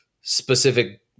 specific